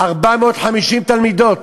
450 תלמידות,